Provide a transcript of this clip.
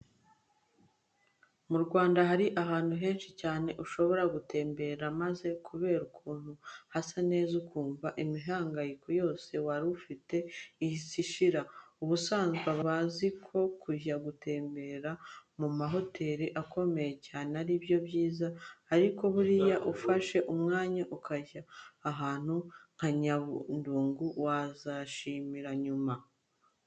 Mu Rwanda hari ahantu henshi cyane ushobora gutemberera maze kubera ukuntu hasa neza ukumva imihangayiko yose wari ufite ihise ishira. Ubusanzwe abantu bazi ko kujya gutemberera mu mahoteri akomeye cyane ari byo byiza ariko buriya ufashe umwanya ukajya ahantu nka Nyandungu wazanshimira nyuma.